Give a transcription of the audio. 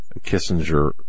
Kissinger